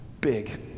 big